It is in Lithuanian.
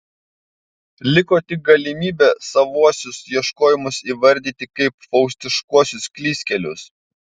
liko tik galimybė savuosius ieškojimus įvardyti kaip faustiškuosius klystkelius